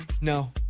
No